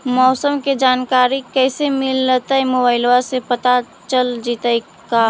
मौसम के जानकारी कैसे मिलतै मोबाईल से पता चल जितै का?